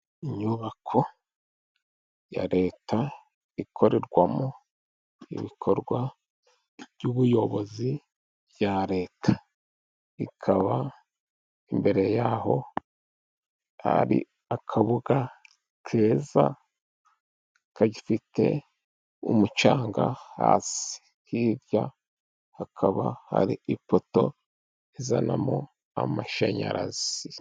Inyubako ya Leta ikorerwamo ibikorwa by'ubuyobozi bya Leta, ikaba imbere yaho ari akabuga keza gafite umucanga hasi, hirya hakaba hari ipoto izanamo amashanyarazi.